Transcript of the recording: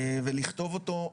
ולכתוב אותו,